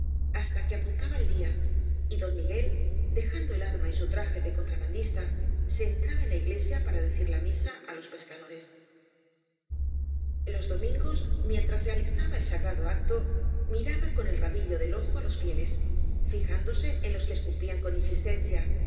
hasta qus apuntaba el día y don miguel dt jaodo el arma y gu traje de eobtrabandisía se entraba en la iglesia para decir la misa á los pescadores los domiíjgos mientras realizaba el sagrado acto miraba con el rabillo del ojo á los fieles fijándose en loa que escupían con insistencia eo